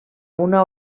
una